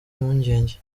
impungenge